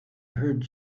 heard